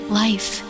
life